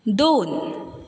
दोन